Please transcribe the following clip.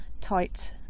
tight